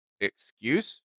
excuse